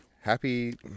Happy